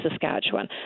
Saskatchewan